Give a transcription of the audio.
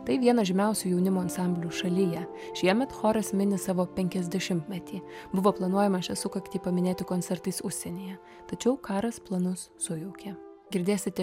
tai vienas žymiausių jaunimo ansamblių šalyje šiemet choras mini savo penkiasdešimtmetį buvo planuojama šią sukaktį paminėti koncertais užsienyje tačiau karas planus sujaukė girdėsite